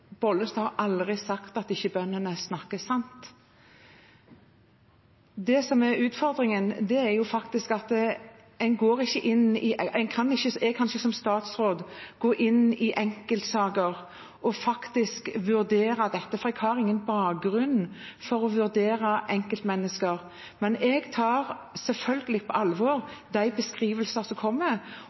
Bollestad har aldri sagt at bøndene ikke snakker sant. Det som er utfordringen, er faktisk at jeg som statsråd ikke kan gå inn i enkeltsaker og vurdere dette, for jeg har ingen bakgrunn for å vurdere enkeltmennesker, men jeg tar selvfølgelig på alvor de beskrivelsene som kommer.